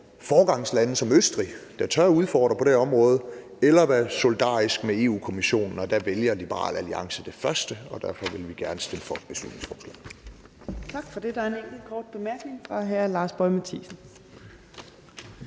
foregangslande som Østrig, der tør udfordre på det her område, eller være solidarisk med Europa-Kommissionen. Der vælger Liberal Alliance det første, og derfor vil vi gerne stemme for beslutningsforslaget. Kl. 15:23 Fjerde næstformand (Trine Torp): Tak for det.